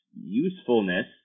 usefulness